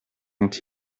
vont